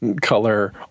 color